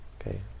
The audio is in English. Okay